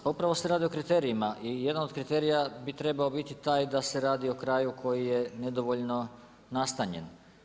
Pa upravo se radi o kriterijima i jedan od kriterija bi trebao biti taj da se radi o kraju koji je nedovoljno nastanjen.